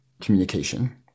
communication